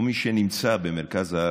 ומי שנמצא במרכז הארץ,